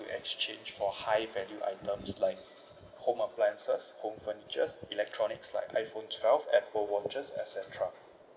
you exchange for high value items like home appliances home furnitures electronics like iphone twelve apple vouchers et cetera